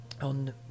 on